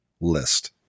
list